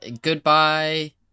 Goodbye